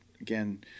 again